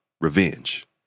revenge